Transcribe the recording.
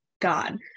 God